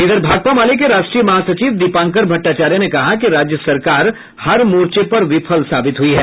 इधर भाकपा माले के राष्ट्रीय महासचिव दीपांकर भट्टाचार्य ने कहा कि राज्य सरकार हर मोर्चे पर विफल साबित हुई है